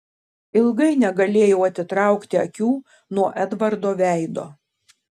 ilgai negalėjau atitraukti akių nuo edvardo veido